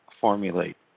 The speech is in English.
formulate